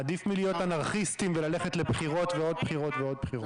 עדיף מלהיות אנרכיסטים וללכת לבחירות ועוד בחירות ועוד בחירות.